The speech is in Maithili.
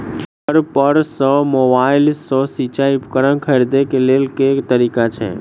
घर पर सऽ मोबाइल सऽ सिचाई उपकरण खरीदे केँ लेल केँ तरीका छैय?